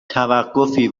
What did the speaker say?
توقفی